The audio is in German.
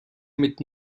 mit